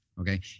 Okay